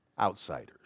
outsiders